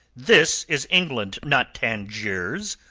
this is england, not tangiers.